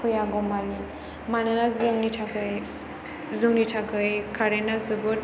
फैयागौ मानि मानोना जोंनि थाखाय जोंनि थाखाय कारेन्ता जोबोद